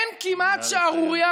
אין כמעט שערורייה,